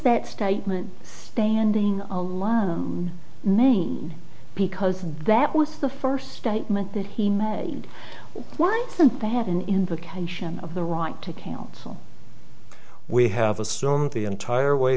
that statement standing alone maine because that was the first statement that he made why didn't they have an indication of the right to counsel we have assumed the entire way